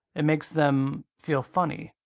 it makes them feel funny.